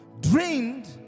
drained